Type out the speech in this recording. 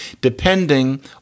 depending